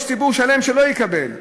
יש ציבור שלם שלא יקבל.